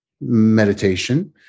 meditation